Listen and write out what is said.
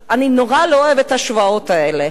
אני נורא לא אוהבת את ההשוואות האלה,